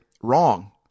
wrong